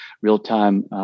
real-time